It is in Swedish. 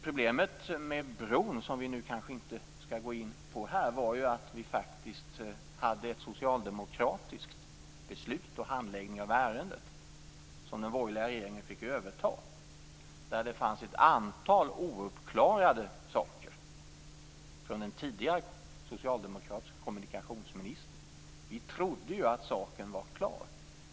Problemet med bron, som vi kanske inte skall gå in på här, var ju att vi faktiskt hade ett socialdemokratiskt beslut och en socialdemokratisk handläggning av ärendet som den borgerliga regeringen fick överta. Det fanns där ett antal ouppklarade saker från en tidigare socialdemokratisk kommunikationsminister. Vi trodde ju att saken var klar.